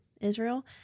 Israel